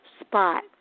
spot